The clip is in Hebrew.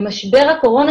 משבר הקורונה,